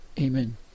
Amen